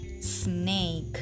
snake